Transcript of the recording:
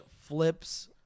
flips